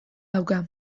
dauka